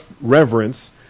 reverence